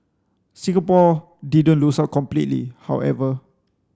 Singapore didn't lose out completely however